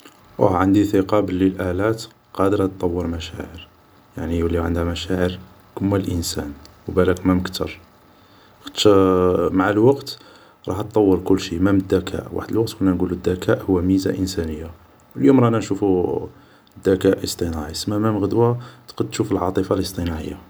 واه عندي ثقة بلي الآلات قادرة طور مشاعر يعني يوليو عندها مشاعر كيما الانسان و بلاك مام كتر خاطش مع الوقت راه طور كلشي مام الذكاء وحد الوقت كنا نڨولو الذكاء هو ميزة إنسانية و اليوم رانا نشوفو ذكاء اصطناعي سما مام غدوة تقد تشوف العاطفة الاصطناعية